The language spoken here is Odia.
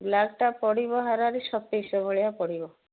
ଲାଲଟା ପଡ଼ିବ ହାରାହାରି ସତେଇଶ ଭଳିଆ ପଡ଼ିବ